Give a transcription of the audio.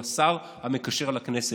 הוא השר המקשר לכנסת.